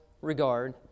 regard